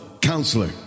counselor